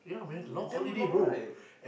damn long right